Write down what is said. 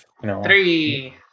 three